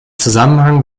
zusammenhang